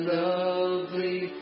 lovely